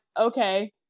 okay